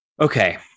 Okay